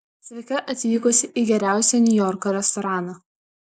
sveika atvykusi į geriausią niujorko restoraną